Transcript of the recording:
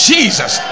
Jesus